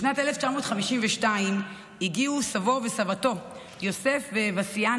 בשנת 1952 הגיעו סבו וסבתו יוסף וואסינה